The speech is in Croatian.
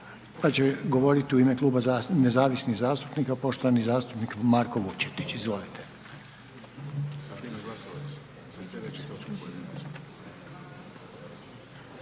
sad će govorit u ime Kluba nezavisnih zastupnika poštovani zastupnik Marko Vučetić, izvolite.